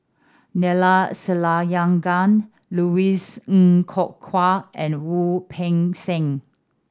Neila Sathyalingam Louis Ng Kok Kwang and Wu Peng Seng